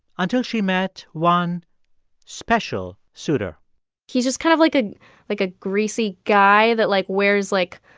until she met one special suitor he's just kind of like ah like a greasy guy that, like, wears, like,